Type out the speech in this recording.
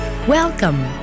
Welcome